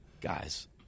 guys